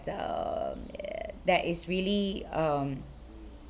the that is really um